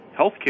healthcare